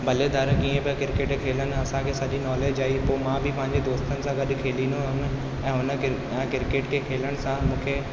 बलेदार कीअं पिया क्रिकेट खेलनि असांखे सॼी नोलेज आई पोइ मां बि पंहिंजे दोस्तनि सां गॾु खेॾींदो हुअमि ऐं हुन क्रि क्रिकेट खे खेलण सां मूंखे